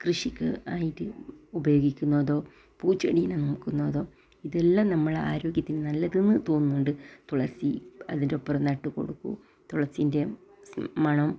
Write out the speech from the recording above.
കൃഷിക്ക് ആയിട്ട് ഉപയോഗിക്കുന്നതോ പൂ ചെടീനെ നോക്കുന്നതോ ഇതെല്ലാം ഞമ്മളെ ആരോഗ്യത്തിന് നല്ലതെന്ന് തോന്നുന്നുണ്ട് തുളസീ അതിന്റെ അപ്പുറം നട്ടു കൊടുക്കൂ തുളസീൻ്റെ മണം